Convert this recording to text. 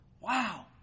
Wow